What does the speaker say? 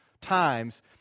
times